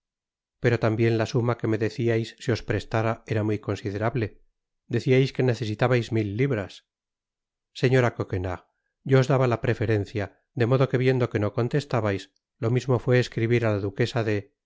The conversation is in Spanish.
pero tambien la suma que me deciais se os prestara era muy considerable deciais que necesitabais mil libras señora coquenard yo os daba la preferencia de modo que viendo que no contestabais lo mismo fué escribir á la duquesa de